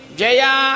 Jaya